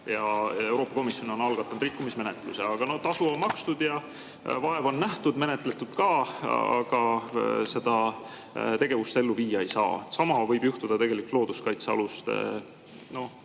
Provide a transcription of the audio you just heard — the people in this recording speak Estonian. ja Euroopa Komisjon on algatanud rikkumismenetluse. Tasu on makstud, vaeva on nähtud ja menetletud ka, aga seda tegevust ellu viia ei saa. Sama võib juhtuda tegelikult looduskaitse[alade]